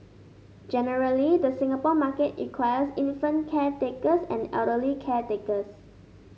generally the Singapore market requires infant caretakers and elderly caretakers